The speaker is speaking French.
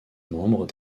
membres